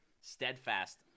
steadfast